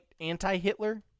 anti-Hitler